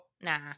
Nah